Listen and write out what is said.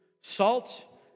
Salt